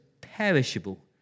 perishable